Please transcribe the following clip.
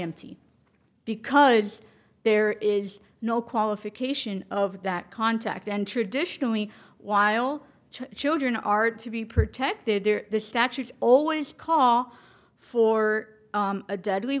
empty because there is no qualification of that contact and traditionally while children are to be protected there the statutes always call for a deadly